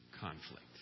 Conflict